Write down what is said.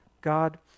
God